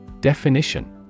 Definition